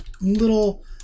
little